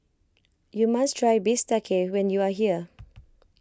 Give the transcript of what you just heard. you must try Bistake when you are here